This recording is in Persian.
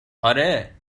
آره